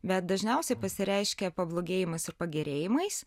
bet dažniausiai pasireiškia pablogėjimas ir pagerėjimais